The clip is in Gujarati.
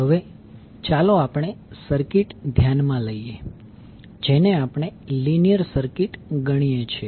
તો હવે ચાલો આપણે સર્કિટ ધ્યાનમાં લઈએ જેને આપણે લીનીયર સર્કિટ ગણીએ છીએ